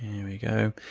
here we go.